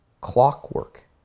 clockwork